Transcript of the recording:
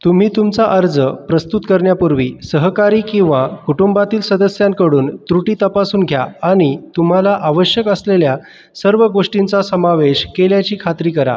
तुम्ही तुमचा अर्ज प्रस्तुत करण्यापूर्वी सहकारी किंवा कुटुंबातील सदस्यांकडून त्रुटी तपासून घ्या आणि तुम्हाला आवश्यक असलेल्या सर्व गोष्टींचा समावेश केल्याची खात्री करा